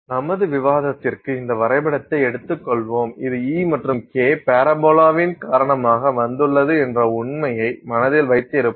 நமது விவாதத்திற்கு இந்த வரைபடத்தை எடுத்து கொள்வோம் இது E மற்றும் k பரபோலாவின் காரணமாக வந்துள்ளது என்ற உண்மையை மனதில் வைத்திருப்போம்